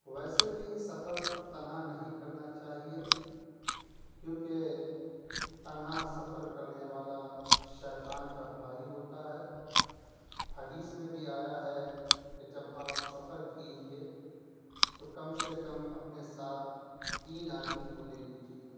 ویسے بھی سفر تنہا نہیں کرنا چاہیے کیونکہ تنہا سفر کرنے والا شیطان کا بھائی ہوتا ہے حدیث میں بھی آیا ہے کہ جب آپ سفر کیجیے تو کم سے کم اپنے ساتھ تین آدمی کو لے لیجیے